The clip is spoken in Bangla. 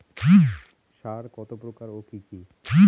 সার কত প্রকার ও কি কি?